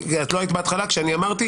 את לא היית בהתחלה כשאמרתי,